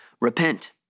repent